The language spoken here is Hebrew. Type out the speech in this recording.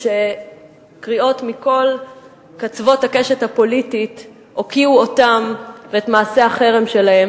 שקריאות מכל קצוות הקשת הפוליטית הוקיעו אותה ואת מעשי החרם שלה,